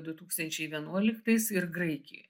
du tūkstančiai vienuoliktais ir graikijoj